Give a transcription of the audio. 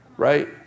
Right